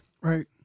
right